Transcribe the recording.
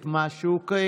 ואני מכבד את מה שהוא קבע.